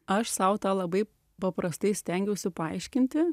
aš sau tą labai prastai stengiausi paaiškinti